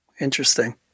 Interesting